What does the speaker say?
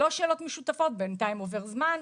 לא שאלות משותפות - בינתיים עובר זמן,